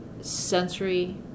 sensory